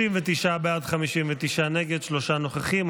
בעד, 39, נגד, 59, שלושה נוכחים.